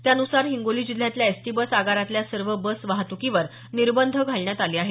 त्यान्सार हिंगोली जिल्ह्यातल्या ST bus आगारातल्या सर्व बस वाहतुकीवर निबंध घालण्यात आले आहेत